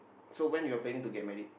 so when you're planning to get married